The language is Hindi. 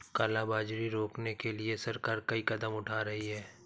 काला बाजारी रोकने के लिए सरकार कई कदम उठा रही है